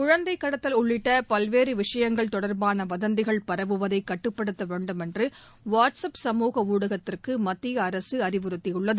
குழந்தைக் கடத்தல் உள்ளிட்ட பல்வேறு விஷயங்கள் தொடர்பான வதந்திகள் பரவுவதை கட்டுப்படுத்த வேண்டும் என்று வாட்ஸ்அப் சமூக ஊடகத்திற்கு மத்திய அரசு அறிவுறுத்தியுள்ளது